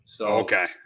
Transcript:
Okay